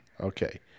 Okay